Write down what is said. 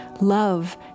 love